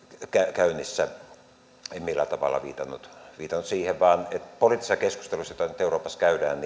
käynnissä en millään tavalla viitannut siihen vaan poliittisessa keskustelussa jota nyt euroopassa käydään